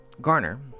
Garner